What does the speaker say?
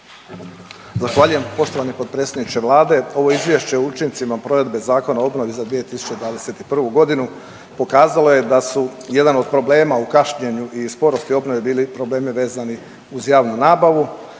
Zahvaljujem poštovani potpredsjedniče Vlade. Ovo Izvješće o učinci provedbe Zakona o obnovi za 2021. g. pokazalo je da su jedan od problema u kašnjenju i sporosti obnovi bili problemi vezani uz javnu nabavu